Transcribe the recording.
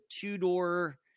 two-door